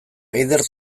eider